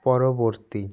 পরবর্তী